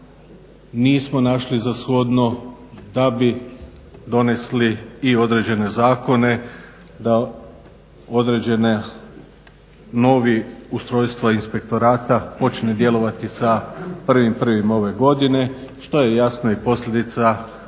nismo našli za shodno da bi donesli i određene zakone da određene novi ustrojstva inspektorata počne djelovati sa 1.1.ove godine, što je jasno i posljedica ovoga